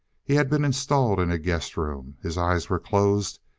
he had been installed in a guest room. his eyes were closed,